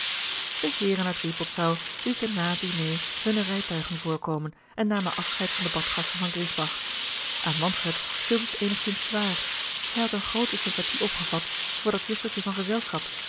de heeren uit rippoldsau lieten na het diné hunne rijtuigen voorkomen en namen afscheid van de badgasten van griesbach aan manfred viel dit eenigzins zwaar hij had eene groote sympathie opgevat voor dat juffertje van gezelschap